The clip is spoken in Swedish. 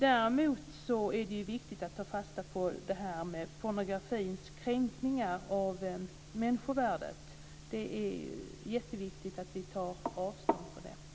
Det är viktigt att ta fasta på pornografins kränkningar av människovärdet. Det är jätteviktigt att vi tar avstånd från det.